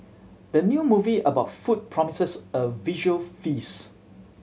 the new movie about food promises a visual feast